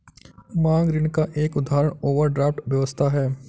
मांग ऋण का एक उदाहरण ओवरड्राफ्ट व्यवस्था है